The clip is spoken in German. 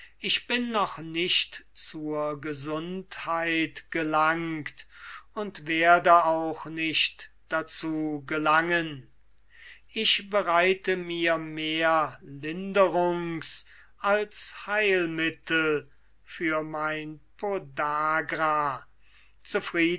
ich bin noch nicht zur gesundheit gelangt und werde auch nicht dazu gelangen ich bereite mir mehr linderungs als heilmittel für mein